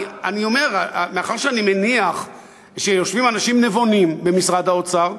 מאחר שאני מניח שיושבים אנשים נבונים במשרד האוצר,